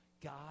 God